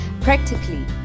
practically